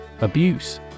Abuse